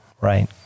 Right